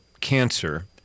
cancer